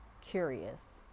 curious